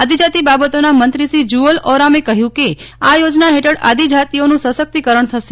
આદિજાતિ બાબતો ના મંત્રી શ્રી જુઅલ ઓરામે કહ્યું કે આ યોજના હેઠળ આદિજાતિઓનું સશક્તિકરણ થશે